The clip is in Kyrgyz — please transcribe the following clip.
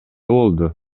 болду